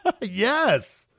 Yes